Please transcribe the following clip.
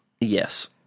Yes